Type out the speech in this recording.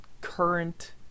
current